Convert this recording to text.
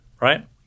right